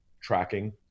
tracking